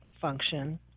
function